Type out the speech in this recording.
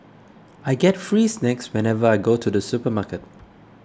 I get free snacks whenever I go to the supermarket